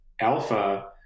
alpha